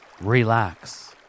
Relax